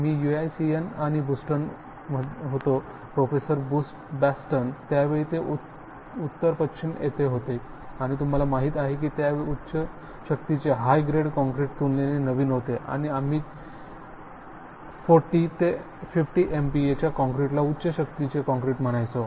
मी UICN आणि Boston होतो professor बॅस्टन त्यावेळी ते उत्तर पश्चिम येथे होते आणि तुम्हाला माहित आहे की त्यावेळी उच्च शक्तीचे काँक्रीट तुलनेने नवीन होते आणि आम्ही 40 ते 50 MPA च्या काँक्रीटला उच्च शक्तीचे काँक्रीट म्हणायचो